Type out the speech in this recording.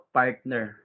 partner